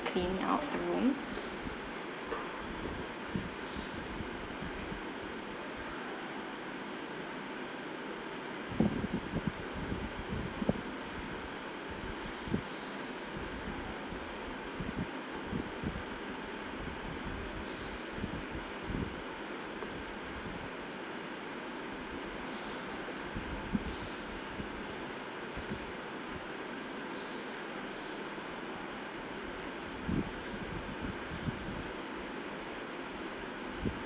clean up room